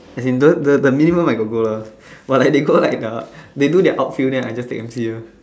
as in the minimum I got go lah but they just go outfield then I just take M_C lor